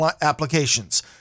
applications